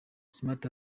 smart